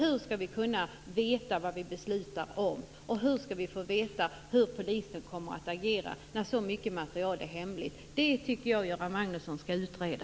Hur skall vi kunna veta vad vi beslutar om och hur polisen kommer att agera, när så mycket material är hemligt? Det tycker jag att Göran Magnusson skall utreda.